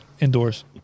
indoors